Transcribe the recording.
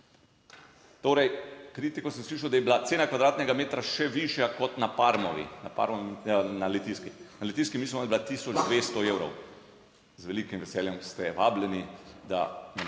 Torej kritiko sem slišal, da je bila cena kvadratnega metra še višja kot na Parmovi, na Litijski. Na Litijski mislim, je bila 1200 evrov. Z velikim veseljem ste vabljeni, da